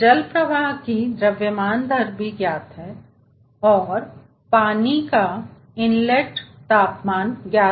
जल प्रवाह की द्रव्यमान दर भी ज्ञात है और पानी का इनलेट तापमान ज्ञात है